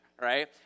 right